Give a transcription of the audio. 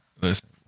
listen